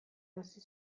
hasi